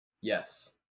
Yes